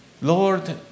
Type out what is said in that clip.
Lord